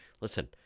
listen